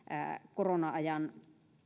korona ajan